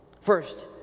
First